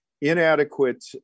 inadequate